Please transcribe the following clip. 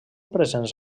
presents